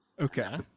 okay